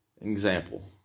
Example